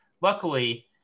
Luckily